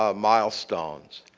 ah milestones.